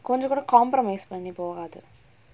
கொஞ்ச கூட:konja kooda compromise பண்ணி போகாத:panni pogatha